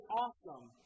awesome